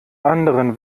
anderen